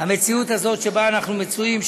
במציאות הזאת שבה אנחנו מצויים,